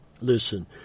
Listen